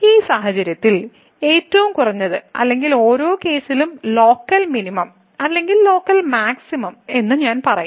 ഈ സാഹചര്യത്തിൽ ഏറ്റവും കുറഞ്ഞത് അല്ലെങ്കിൽ ഓരോ കേസിലും ലോക്കൽ മിനിമം അല്ലെങ്കിൽ ലോക്കൽ മാക്സിമം എന്ന് ഞാൻ പറയും